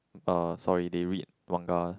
uh sorry they read manga